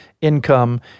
income